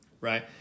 right